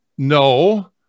No